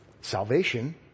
Salvation